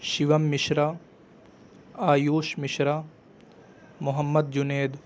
Shivam Mishra Ayush Mishra Mohammad Jind